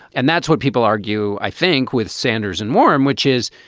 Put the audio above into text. and that's what people argue. i think with sanders and warm, which is,